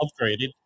upgraded